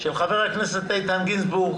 של חבר הכנסת איתן גינזבורג,